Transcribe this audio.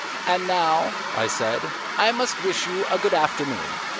and now, i said, i must wish you a good afternoon.